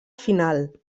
final